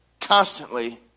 Constantly